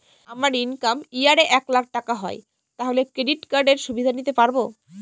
আমার income year এ এক লাক টাকা হয় তাহলে ক্রেডিট কার্ড এর সুবিধা নিতে পারবো?